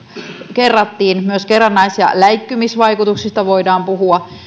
kerrattiin myös kerrannais ja läikkymisvaikutuksista voidaan puhua